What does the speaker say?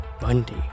Bundy